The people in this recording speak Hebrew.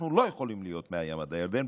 אנחנו לא יכולים להיות מהים עד הירדן,